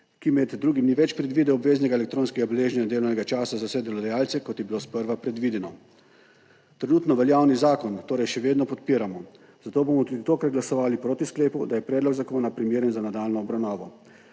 ki med drugim ni več predvidel obveznega elektronskega beleženja delovnega časa za vse delodajalce, kot je bilo sprva predvideno. Trenutno veljavni zakon torej še vedno podpiramo, zato bomo tudi tokrat glasovali proti sklepu, da je predlog zakona primeren za nadaljnjo obravnavo.